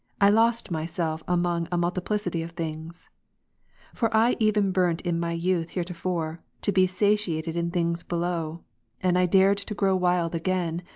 i lost myself among a multijilicity of things for i eve n burnt in my youth heretofore, to be satiated in things below and i dared to grow wild again,